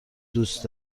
دوست